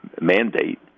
mandate